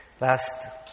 Last